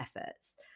efforts